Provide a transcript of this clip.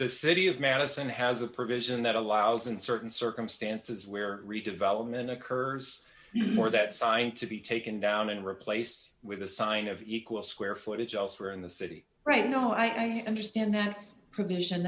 the city of madison has a provision that allows in certain circumstances where redevelopment occurs for that sign to be taken down and replace with a sign of equal square footage elsewhere in the city right no i understand that provision